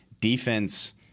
defense